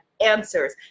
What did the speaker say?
answers